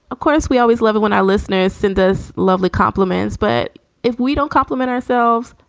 of course, we always love it when our listeners send us lovely compliments. but if we don't compliment ourselves,